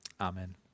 Amen